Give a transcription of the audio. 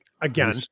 Again